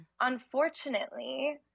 unfortunately